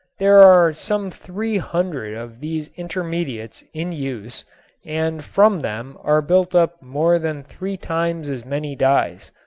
there are some three hundred of these intermediates in use and from them are built up more than three times as many dyes.